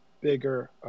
bigger